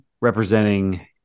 representing